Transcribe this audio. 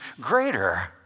greater